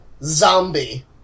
Zombie